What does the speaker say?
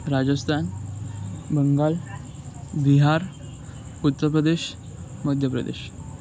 Rajasthan Bengal Bihar Uttar Pradesh Madhya Pradesh